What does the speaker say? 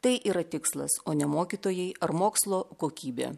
tai yra tikslas o ne mokytojai ar mokslo kokybė